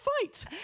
fight